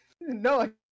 no